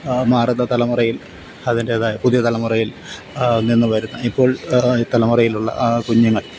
മാറുന്ന തലമുറയിൽ അതിന്റേതായ പുതിയ തലമുറയിൽ നിന്ന് വരുന്ന ഇപ്പോൾ ഈ തലമുറയിലുള്ള കുഞ്ഞുങ്ങൾ